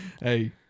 Hey